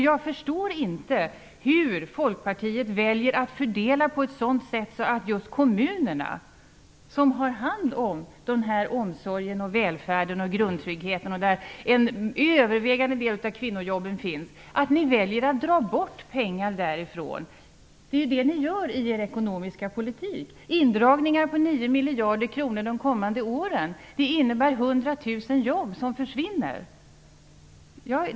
Jag förstår inte hur Folkpartiet kan välja att fördela på ett sådant sätt att ni väljer att dra bort pengar från just kommunerna, som har hand om omsorgen, välfärden och grundtryggheten och där en övervägande del av kvinnojobben finns. Det är ju det ni gör i er ekonomiska politik. Ni gör indragningar på 9 miljarder kronor de kommande åren. Det innebär att 100 000 jobb försvinner.